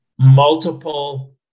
multiple